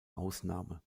ausnahme